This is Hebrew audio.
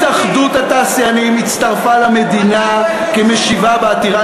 התאחדות התעשיינים הצטרפה למדינה כמשיבה בעתירה